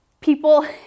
People